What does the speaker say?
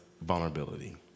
vulnerability